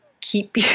keep